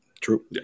true